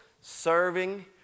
serving